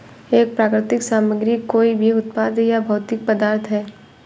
एक प्राकृतिक सामग्री कोई भी उत्पाद या भौतिक पदार्थ है